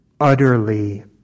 utterly